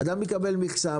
אדם מקבל מכסה,